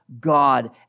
God